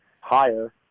higher